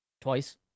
twice